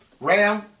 Ram